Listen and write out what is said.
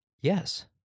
Yes